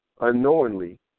unknowingly